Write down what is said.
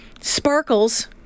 sparkles